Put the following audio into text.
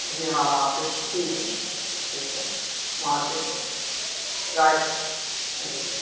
جی ہاں وہاں پہ جی جی ٹھیک ہے وہاں پہ سے رائٹ جی